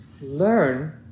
learn